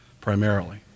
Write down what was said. primarily